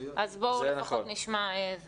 אז בואו לפחות נשמע אם